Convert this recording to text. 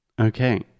okay